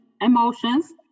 emotions